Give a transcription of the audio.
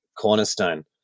cornerstone